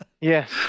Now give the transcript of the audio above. Yes